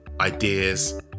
ideas